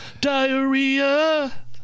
diarrhea